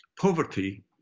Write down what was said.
poverty